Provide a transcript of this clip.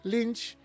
Lynch